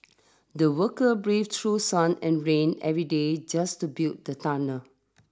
the worker brave through sun and rain every day just to build the tunnel